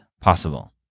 possible